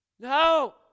No